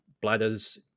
bladders